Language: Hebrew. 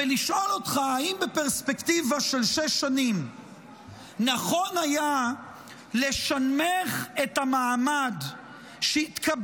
ולשאול אותך אם בפרספקטיבה של שש שנים נכון היה לשנמך את המעמד שהתקבע